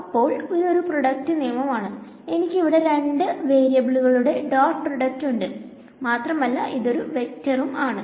അപ്പോൾ ഇതൊരു പ്രോഡക്റ്റ് നിയമം ആണ് എനിക്ക് ഇവിടെ രണ്ട് വേരിയബിളുകളുടെ ഡോട്ട് പ്രോഡക്റ്റ് ഉണ്ട് മാത്രമല്ല ഇതൊരു വെക്ടറും ആണ്